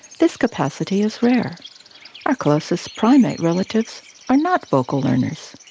this capacity is rare our closest primate relatives are not vocal learners.